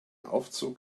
aufzug